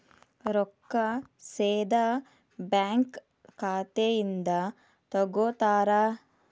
ರೊಕ್ಕಾ ಸೇದಾ ಬ್ಯಾಂಕ್ ಖಾತೆಯಿಂದ ತಗೋತಾರಾ?